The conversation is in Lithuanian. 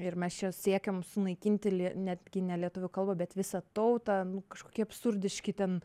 ir mes čia siekiam sunaikinti li netgi ne lietuvių kalbą bet visą tautą nu kažkokie absurdiški ten